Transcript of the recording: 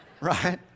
Right